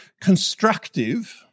constructive